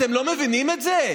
אתם לא מבינים את זה?